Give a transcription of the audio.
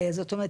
זאת אומרת,